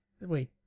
wait